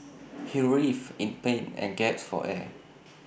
he writhed in pain and gasped for air